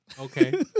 Okay